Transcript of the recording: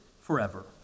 forever